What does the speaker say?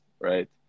right